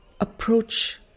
approach